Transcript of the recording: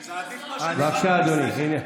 איזה עקרונות.